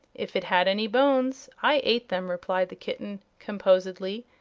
if it had any bones, i ate them, replied the kitten, composedly,